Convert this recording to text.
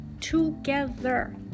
Together